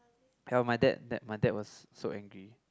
tell my dad that my dad was so angry